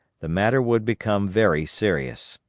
the matter would become very serious.